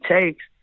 takes